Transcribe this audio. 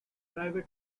private